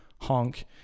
honk